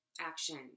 action